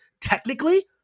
technically